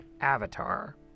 Avatar